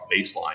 Baseline